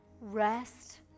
Rest